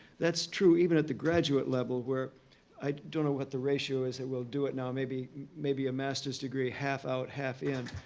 that's true even at the graduate level where i don't know what the ratio is that will do it now. maybe maybe a master's degree half out, half in.